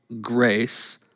grace